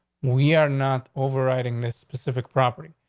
we are not overriding this specific property,